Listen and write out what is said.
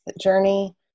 journey